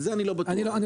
אני לא בטוח.